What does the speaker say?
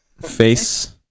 face